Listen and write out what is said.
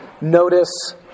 Notice